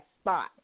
spot